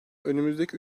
önümüzdeki